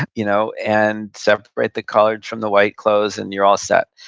you know and separate the colored from the white clothes, and you're all set.